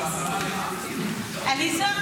עליזה?